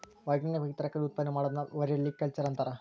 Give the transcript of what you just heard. ವೈಜ್ಞಾನಿಕವಾಗಿ ತರಕಾರಿ ಉತ್ಪಾದನೆ ಮಾಡೋದನ್ನ ಒಲೆರಿಕಲ್ಚರ್ ಅಂತಾರ